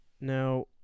now